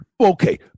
Okay